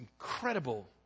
incredible